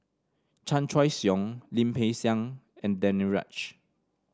Chan Choy Siong Lim Peng Siang and Danaraj